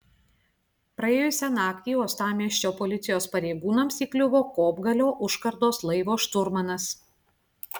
praėjusią naktį uostamiesčio policijos pareigūnams įkliuvo kopgalio užkardos laivo šturmanas